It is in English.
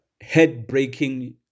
head-breaking